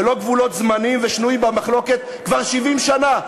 ולא גבולות זמניים ושנויים במחלוקת כבר 70 שנה.